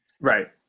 Right